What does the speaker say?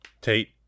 Tate